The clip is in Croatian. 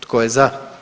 Tko je za?